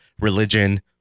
religion